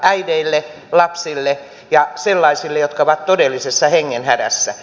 äideille lapsille ja sellaisille jotka ovat todellisessa hengenhädässä